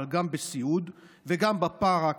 אבל גם בסיעוד וגם בפארה,